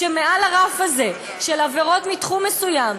שמעל הרף הזה של עבירות מתחום מסוים,